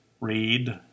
read